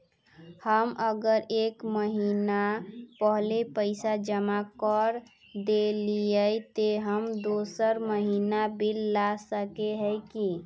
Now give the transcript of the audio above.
हम अगर एक महीना पहले पैसा जमा कर देलिये ते हम दोसर महीना बिल ला सके है की?